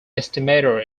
estimator